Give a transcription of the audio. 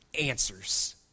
answers